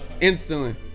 instantly